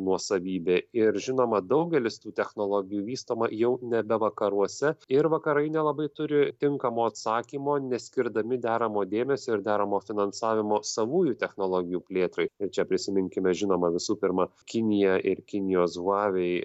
nuosavybė ir žinoma daugelis tų technologijų vystoma jau nebe vakaruose ir vakarai nelabai turi tinkamo atsakymo neskirdami deramo dėmesio ir deramo finansavimo savųjų technologijų plėtrai tai čia prisiminkime žinoma visų pirma kinija ir kinijos huawei